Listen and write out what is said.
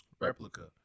Replica